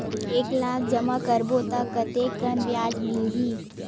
एक लाख जमा करबो त कतेकन ब्याज मिलही?